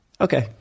okay